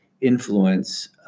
influence